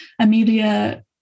Amelia